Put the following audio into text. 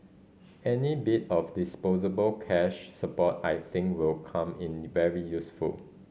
any bit of disposable cash support I think will come in very useful